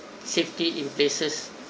safety in places